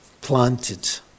planted